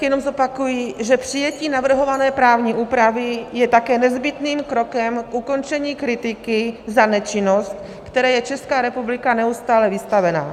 Jenom zopakuji, že přijetí navrhované právní úpravy je také nezbytným krokem k ukončení kritiky za nečinnost, které je Česká republika neustále vystavena.